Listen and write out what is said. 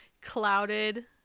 clouded